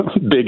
Big